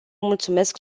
mulțumesc